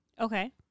Okay